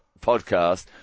podcast